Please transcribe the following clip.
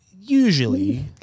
Usually